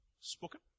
spoken